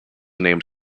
named